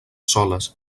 soles